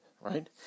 right